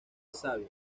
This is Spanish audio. sabio